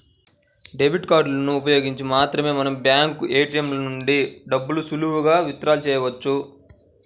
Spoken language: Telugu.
డెబిట్ కార్డులను ఉపయోగించి మాత్రమే మనం బ్యాంకు ఏ.టీ.యం ల నుంచి డబ్బుల్ని సులువుగా విత్ డ్రా చెయ్యొచ్చు